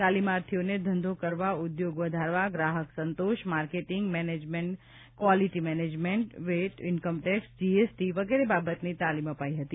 તાલિમાર્થીઓને ધંધો કરવા ઉદ્યોગ વધારવા ગ્રાહક સંતોષ marketing management quality management VAT income tax GST વગેરે બાબતની તાલિમ અપાઈ હતી